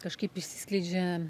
kažkaip išsiskleidžia